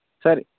ಸರಿ